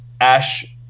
Ash